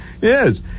Yes